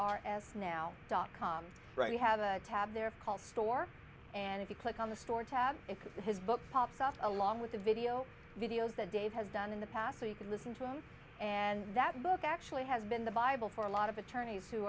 r s now dot com right you have a tab there store and if you click on the store tab and his book pops up along with the video videos that dave has done in the past so you can listen to him and that book actually has been the bible for a lot of attorneys who